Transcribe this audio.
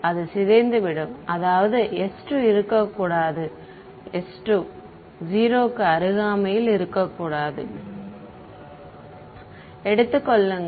அது சிதைந்துவிடும் அதாவது s2 இருக்கக்கூடாது s2 0 க்கு அருகில் இருக்கக்கூடாது மாணவர் எடுத்துக் கொள்ளுங்கள்